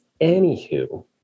Anywho